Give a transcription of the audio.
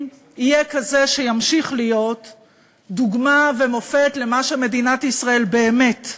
יהיה כזה שימשיך להיות דוגמה ומופת למה שמדינת ישראל באמת?